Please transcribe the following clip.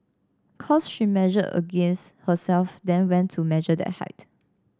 cos she measured against herself then went to measure that height